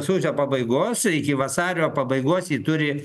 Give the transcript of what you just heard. sausio pabaigos iki vasario pabaigos ji turi